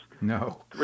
no